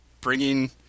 bringing